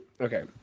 okay